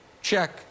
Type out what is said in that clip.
Check